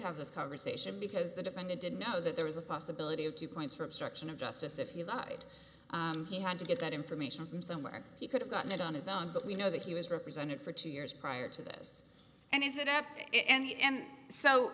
have this conversation because the defendant did know that there was a possibility of two points for obstruction of justice if you lied he had to get that information from somewhere he could have gotten it on his own but we know that he was represented for two years prior to this and is it up and